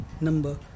number